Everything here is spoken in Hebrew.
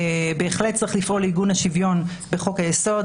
בהחלט צריך לפעול לעיגון השוויון בחוק היסוד.